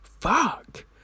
Fuck